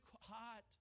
hot